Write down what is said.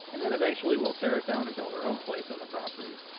and then eventually we'll tear it down and build our own place on the property.